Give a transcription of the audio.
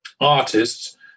artists